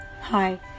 Hi